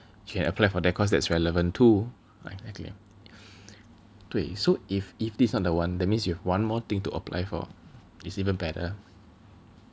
you can apply for that cause that's relevant too like okay 对 so if if this one the one that means you have one more thing to apply for it's even better